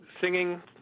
singing